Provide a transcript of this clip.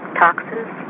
toxins